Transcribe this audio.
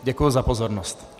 Děkuji za pozornost.